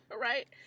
Right